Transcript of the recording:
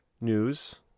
news